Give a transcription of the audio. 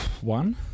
One